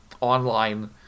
online